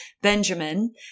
Benjamin